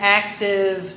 active